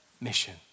mission